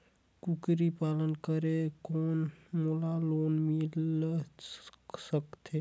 कूकरी पालन करे कौन मोला लोन मिल सकथे?